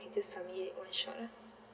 just submit it on short lah